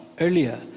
earlier